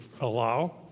allow